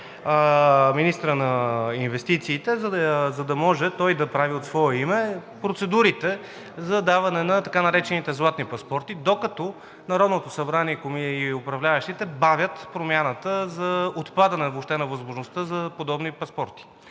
министъра на инвестициите, за да може той да прави от свое име процедурите за даване на така наречените златни паспорти, докато Народното събрание и управляващите бавят промяната за отпадане въобще на възможността за подобни паспорти.